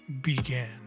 began